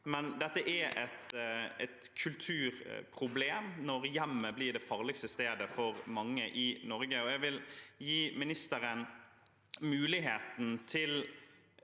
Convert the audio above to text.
Det er et kulturproblem når hjemmet blir det farligste stedet for mange i Norge. Jeg vil gi ministeren muligheten til